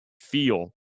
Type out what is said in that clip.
feel